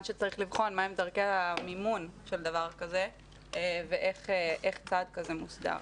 שצריך לבחון מהן דרכי המימון של דבר כזה ואיך צעד כזה מוסדר.